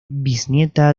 bisnieta